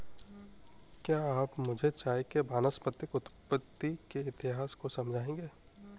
क्या आप मुझे चाय के वानस्पतिक उत्पत्ति के इतिहास को समझाएंगे?